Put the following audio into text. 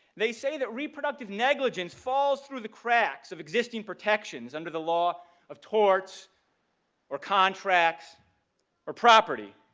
they say that reproductive negligence falls through the cracks of existing protections under the law of torts or contracts or property,